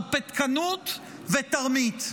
הרפתקנות ותרמית.